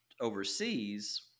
overseas